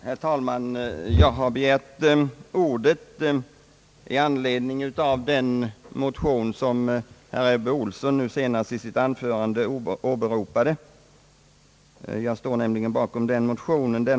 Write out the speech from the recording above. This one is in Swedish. Herr talman! Jag har begärt ordet i anledning av den motion, som herr Ebbe Ohlsson nu senast i sitt anförande berörde — jag står nämligen bakom densamma.